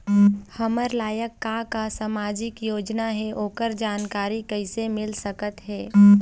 हमर लायक का का सामाजिक योजना हे, ओकर जानकारी कइसे मील सकत हे?